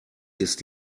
ist